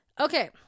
Okay